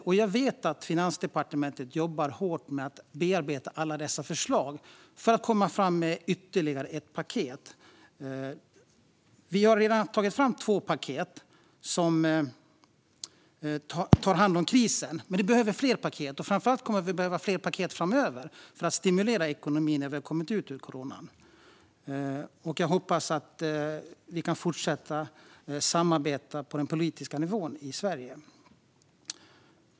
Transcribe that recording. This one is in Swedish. Och jag vet att Finansdepartementet jobbar hårt med att bearbeta alla dessa förslag för att komma fram med ytterligare ett paket. Vi har redan tagit fram två paket som tar hand om krisen, men vi behöver fler paket. Framför allt kommer vi att behöva fler paket framöver för att stimulera ekonomin när vi har kommit ut ur coronakrisen. Jag hoppas att vi kan fortsätta samarbeta på den politiska nivån i Sverige.